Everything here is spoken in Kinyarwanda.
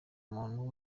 umuntu